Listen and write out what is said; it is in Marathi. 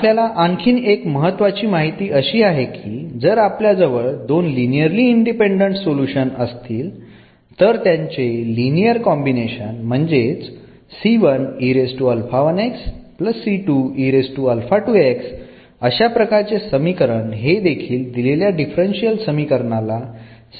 आपल्याला आणखीन एक महत्त्वपूर्ण माहिती अशी आहे की जर आपल्या जवळ 2 लिनिअरली इंडिपेंडंट सोल्युशन असतील तर त्यांचे लिनियर कॉम्बिनेशन म्हणजेच अशाप्रकारचे समीकरण हे देखील दिलेल्या डिफरन्शियल समीकरण ला साध्य करत असते